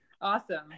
Awesome